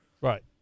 Right